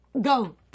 Go